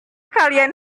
kalian